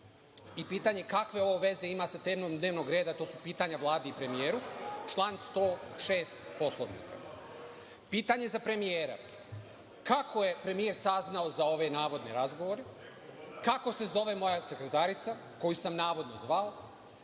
i pitanje, kakvo ovo veze ima sa temom dnevnog reda, to su pitanja Vladi i premijeru, član 106. Poslovnika. Pitanje za premijera, kako je premijer saznao za ove navodne razgovore? Kako se zove moja sekretarica koju sam navodno zvao?